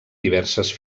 diverses